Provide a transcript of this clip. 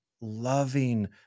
loving